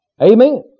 Amen